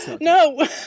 No